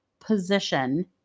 position